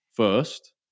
First